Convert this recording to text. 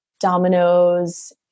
dominoes